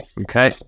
Okay